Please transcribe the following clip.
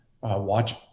watch